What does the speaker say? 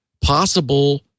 possible